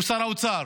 הוא שר האוצר.